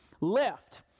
left